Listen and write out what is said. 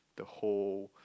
the whole